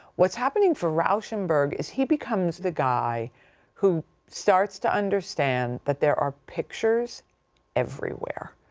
what's happening for rauschenberg is he becomes the guy who starts to understand that there are pictures everywhere.